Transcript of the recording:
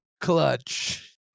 Clutch